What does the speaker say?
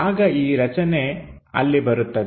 ಆಗ ಈ ರಚನೆ ಅಲ್ಲಿ ಬರುತ್ತದೆ